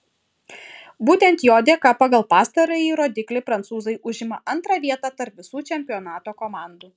būtent jo dėka pagal pastarąjį rodiklį prancūzai užima antrą vietą tarp visų čempionato komandų